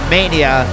Mania